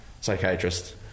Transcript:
psychiatrist